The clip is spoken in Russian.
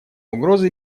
угрозы